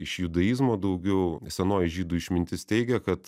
iš judaizmo daugiau senoji žydų išmintis teigia kad